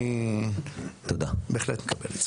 אני בהחלט כן.